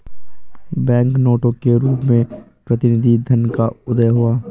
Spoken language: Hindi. बैंक नोटों के रूप में प्रतिनिधि धन का उदय हुआ